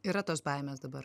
yra tos baimės dabar